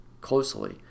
closely